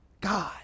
God